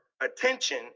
attention